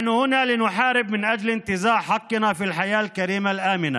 אנחנו פה כדי להילחם על זכותנו לחיות בכבוד ובביטחון,